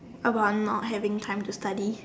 about not having time to study